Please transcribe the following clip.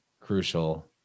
crucial